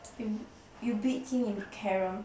you you beat him in carrom